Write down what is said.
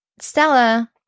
Stella